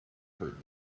heard